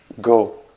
go